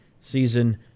season